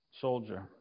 soldier